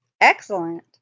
Excellent